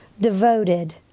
devoted